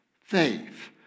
Faith